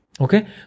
Okay